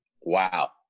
Wow